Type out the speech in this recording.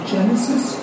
Genesis